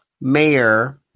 mayor